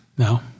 No